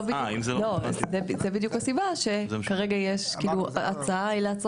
זו בדיוק הסיבה, שכרגע ההצעה היא רשות לעשות